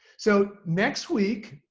so next week,